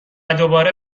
دوباره